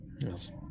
Yes